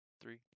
Three